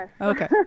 Okay